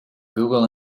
google